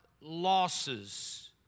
losses